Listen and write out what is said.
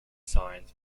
signs